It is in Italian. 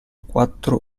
quattro